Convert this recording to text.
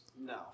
No